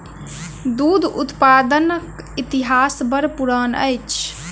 दूध उत्पादनक इतिहास बड़ पुरान अछि